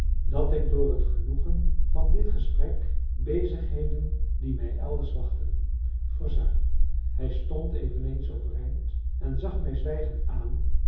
dat ik door het genoegen van dit gesprek bezigheden die mij elders wachten verzuim hij stond eveneens overeind en zag mij zwijgend aan